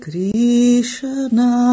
Krishna